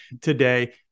today